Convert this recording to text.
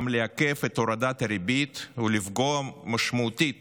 לעכב את הורדת הריבית ולפגוע משמעותית